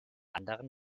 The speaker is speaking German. anderen